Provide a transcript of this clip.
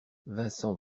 vincent